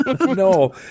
No